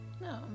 No